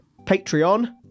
Patreon